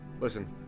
Listen